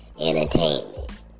entertainment